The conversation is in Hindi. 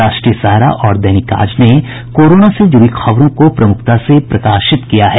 राष्ट्रीय सहारा और दैनिक आज ने कोरोना से जुड़ी खबरों को प्रमुखता से प्रकाशित किया है